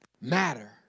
matter